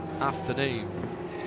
afternoon